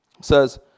says